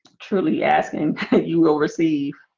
truly asking that you will receive